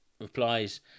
replies